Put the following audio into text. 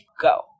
go